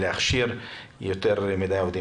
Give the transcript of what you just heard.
להכשיר יותר עובדים.